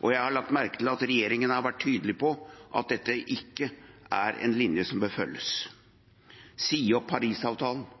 Og jeg har lagt merke til at regjeringen har vært tydelig på at dette ikke er en linje som bør følges: å si opp Parisavtalen